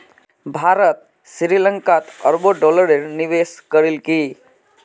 भारत श्री लंकात अरबों डॉलरेर निवेश करील की